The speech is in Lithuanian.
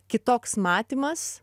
kitoks matymas